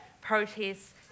protests